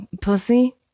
pussy